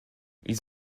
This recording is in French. ils